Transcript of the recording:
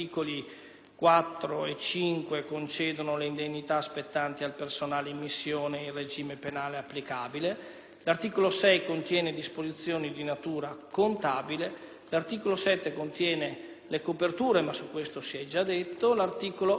l'articolo 6 contiene disposizioni di natura contabile; l'articolo 7 contiene le coperture, e di questo si è già detto; l'articolo 8 dispone infine la consueta procedura accelerata di entrata in vigore. Missione dopo missione